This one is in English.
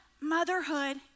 Motherhood